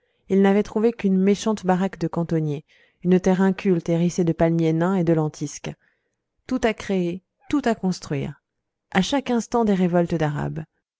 ils n'avaient trouvé qu'une méchante baraque de cantonnier une terre inculte hérissée de palmiers nains et de lentisques tout à créer tout à construire à chaque instant des révoltes d'arabes